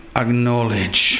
acknowledge